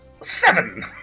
Seven